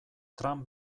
trump